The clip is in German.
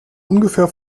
ungefähr